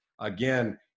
again